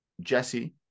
jesse